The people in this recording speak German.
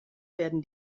werden